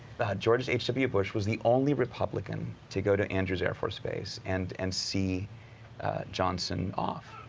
george h. w. bush was the only republican to go to andrews air force base and and see johnson off.